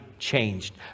changed